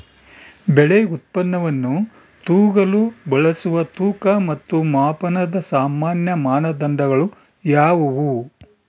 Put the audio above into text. ಬೆಳೆ ಉತ್ಪನ್ನವನ್ನು ತೂಗಲು ಬಳಸುವ ತೂಕ ಮತ್ತು ಮಾಪನದ ಸಾಮಾನ್ಯ ಮಾನದಂಡಗಳು ಯಾವುವು?